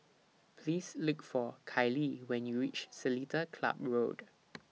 Please Look For Kayli when YOU REACH Seletar Club Road